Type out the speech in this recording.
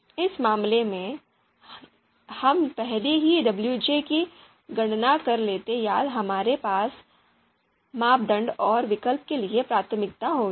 इस मामले में हम पहले ही wj की गणना कर लेते यदि हमारे पास मापदंड और विकल्प के लिए प्राथमिकताएं होतीं